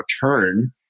turn